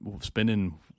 spending